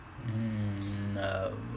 mm err